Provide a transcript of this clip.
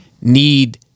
need